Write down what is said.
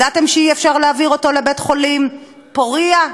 ידעתם שאי-אפשר להעביר אותו לבית-חולים פוריה,